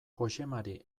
joxemari